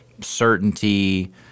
certainty